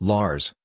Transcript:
Lars